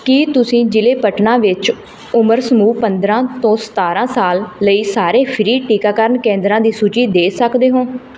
ਕੀ ਤੁਸੀਂ ਜ਼ਿਲ੍ਹੇ ਪਟਨਾ ਵਿੱਚ ਉਮਰ ਸਮੂਹ ਪੰਦਰ੍ਹਾਂ ਤੋਂ ਸਤਾਰ੍ਹਾਂ ਸਾਲ ਲਈ ਸਾਰੇ ਫ੍ਰੀ ਟੀਕਾਕਰਨ ਕੇਂਦਰਾਂ ਦੀ ਸੂਚੀ ਦੇ ਸਕਦੇ ਹੋ